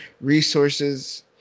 resources